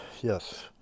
yes